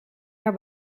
haar